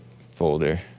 folder